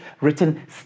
written